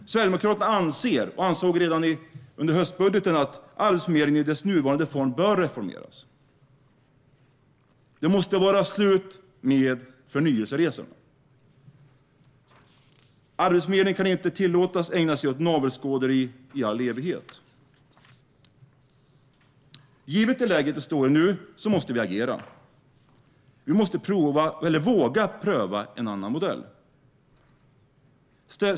Sverigedemokraterna anser, och ansåg redan i vårt budgetförslag i höstas, att Arbetsförmedlingen i dess nuvarande form bör reformeras. Förnyelseresan måste vara slut. Arbetsförmedlingen kan inte tillåtas ägna sig åt navelskåderi i all evighet. Givet det läge vi är i nu måste vi agera. Vi måste våga pröva en annan modell.